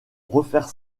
refaire